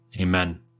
Amen